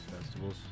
festivals